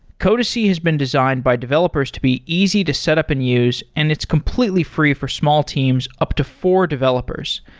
codacy has been designed by developers to be easy to set up and use and it's completely free for small teams up to four developers,